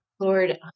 Lord